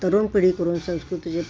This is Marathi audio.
तरुण पिढी कडून संस्कृतीचे